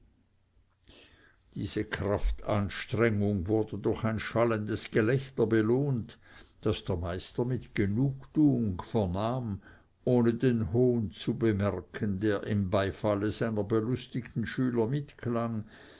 diese kraftanstrengung wurde durch ein schallendes gelächter belohnt das der magister mit genugtuung vernahm ohne den hohn zu bemerken der im beifalle seiner belustigten schüler mitklang